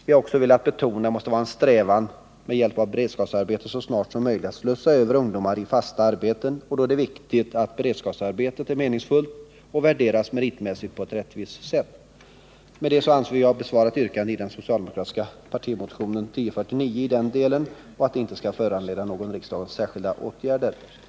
Vi har också velat betona att det måste vara en strävan att med hjälp av beredskapsarbete så snart som möjligt slussa över ungdomar till fasta arbeten, och då är det viktigt att beredskapsarbetet är meningsfullt och värderas meritmässigt på ett rättvist sätt. Med detta anser vi oss ha besvarat yrkandet i den socialdemokratiska partimotionen 1049 i den delen, och motionen behöver alltså, enligt vår mening, inte föranleda någon särskild åtgärd från riksdagens sida.